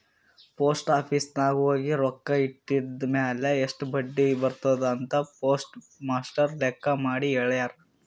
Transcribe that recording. post office ನಾಗ್ ಹೋಗಿ ರೊಕ್ಕಾ ಇಟ್ಟಿದಿರ್ಮ್ಯಾಲ್ ಎಸ್ಟ್ ಬಡ್ಡಿ ಬರ್ತುದ್ ಅಂತ್ ಪೋಸ್ಟ್ ಮಾಸ್ಟರ್ ಲೆಕ್ಕ ಮಾಡಿ ಹೆಳ್ಯಾರ್